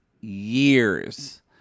years